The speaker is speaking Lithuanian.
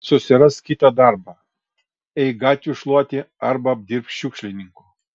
susirask kitą darbą eik gatvių šluoti arba dirbk šiukšlininku